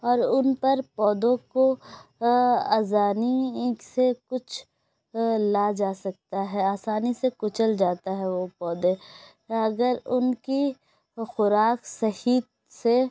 اور ان پر پودوں کو ازانیک سے کچھ لا جا سکتا ہے آسانی سے کچل جاتا ہے وہ پودے اگر ان کی خوراک صحیح سے